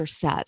set